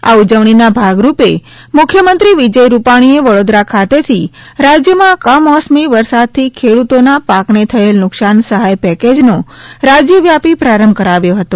આ ઉજવણીના ભાગરૂપે મુખ્યમંત્રી વિજય રૂપાણીએ વડોદરા ખાતેથી રાજયમાં કમોસમી વરસાદથી ખેડૂતોના પાકને થયેલ નુકશાન સહાય પેકેજનો રાજયવ્યાપી પ્રારંભ કરાવ્યો હતો